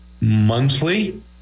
monthly